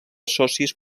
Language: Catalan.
socis